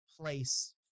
place